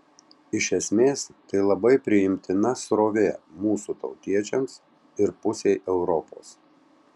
iš esmės tai labai priimtina srovė mūsų tautiečiams ir pusei europos